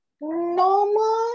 normal